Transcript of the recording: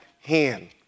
hand